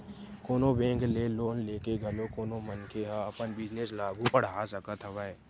कोनो बेंक ले लोन लेके घलो कोनो मनखे ह अपन बिजनेस ल आघू बड़हा सकत हवय